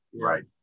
Right